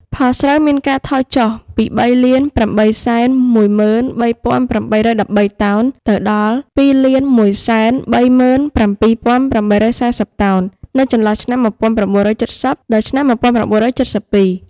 ផលស្រូវមានការថយចុះពី ៣៨១៣៨១៣ តោន ទៅដល់ ២១៣៧៨៤០ តោន នៅចន្លោះឆ្នាំ ១៩៧០ ដល់ ឆ្នាំ១៩៧២។